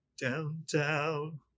Downtown